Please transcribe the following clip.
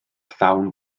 llawn